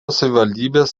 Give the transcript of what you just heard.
savivaldybės